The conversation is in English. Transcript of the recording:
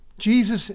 Jesus